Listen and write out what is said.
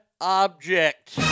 object